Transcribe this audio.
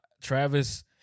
Travis